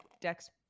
dex